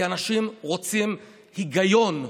כי אנשים רוצים היגיון.